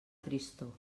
tristor